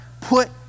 put